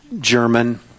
German